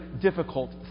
difficult